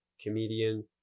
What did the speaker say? comedian